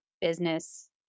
business